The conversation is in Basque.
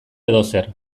edozer